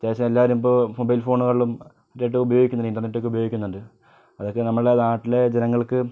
അത്യാവശ്യം എല്ലാവരും ഇപ്പോൾ മൊബൈൽ ഫോണുകളും നെറ്റ് ഉപയോഗിക്കുന്നുണ്ട് ഇൻ്റർനെറ്റൊക്കെ ഉപയോഗിക്കുന്നുണ്ട് അതൊക്കെ നമ്മുടെ നാട്ടിലെ ജനങ്ങൾക്ക്